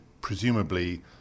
presumably